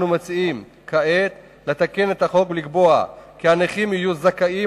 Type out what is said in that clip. אנו מציעים כעת לתקן את החוק ולקבוע כי הנכים יהיו זכאים